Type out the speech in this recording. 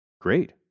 Great